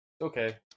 Okay